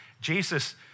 Jesus